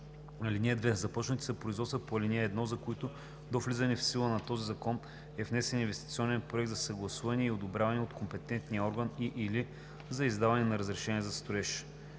ред. (2) Започнати са производствата по ал. 1, за които до влизането в сила на този закон е внесен инвестиционен проект за съгласуване и одобряване от компетентния орган и/или за издаване на разрешение за строеж.